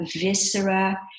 viscera